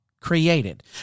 created